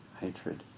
hatred